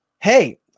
Hey